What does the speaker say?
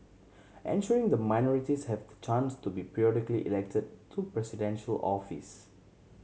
ensuring the minorities have the chance to be periodically elected to Presidential office